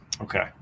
Okay